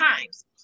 times